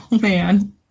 man